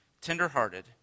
tender-hearted